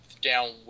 down